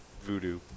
voodoo